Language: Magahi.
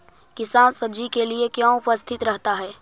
किसान सब्जी के लिए क्यों उपस्थित रहता है?